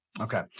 Okay